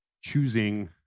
choosing